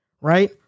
Right